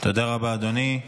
תודה רבה, אדוני.